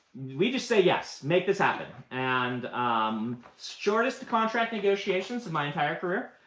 we just say yes. make this happen. and um shortest contract negotiations of my entire career.